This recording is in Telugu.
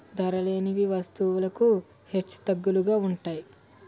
ధరలనేవి వస్తువులకు హెచ్చుతగ్గులుగా ఉంటాయి